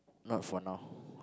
not for now